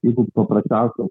jeigu paprasčiausias